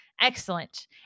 Excellent